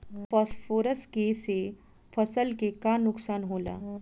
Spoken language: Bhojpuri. फास्फोरस के से फसल के का नुकसान होला?